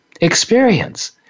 experience